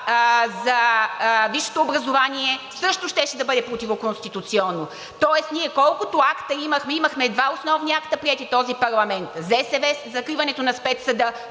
за висшето образование също щеше да е противоконституционно, тоест ние колкото акта имахме – имахме два основни акта, приети този парламент: ЗСВ – закриването на Спецсъда,